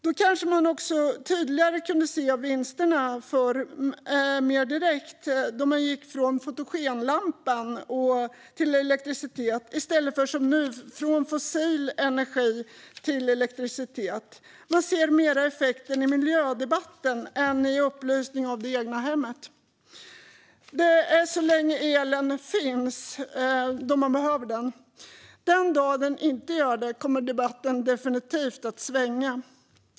Man kunde kanske också se vinsterna tydligare och mer direkt då man gick från fotogenlampan till elektricitet än när vi som nu går från fossil energi till elektricitet. Man ser mer effekten i miljödebatten än i upplysningen av det egna hemmet - detta så länge elen finns då man behöver den. Den dag den inte gör det kommer debatten definitivt att svänga.